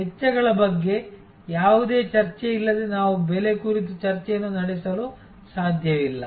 ವೆಚ್ಚಗಳ ಬಗ್ಗೆ ಯಾವುದೇ ಚರ್ಚೆಯಿಲ್ಲದೆ ನಾವು ಬೆಲೆ ಕುರಿತು ಚರ್ಚೆಯನ್ನು ನಡೆಸಲು ಸಾಧ್ಯವಿಲ್ಲ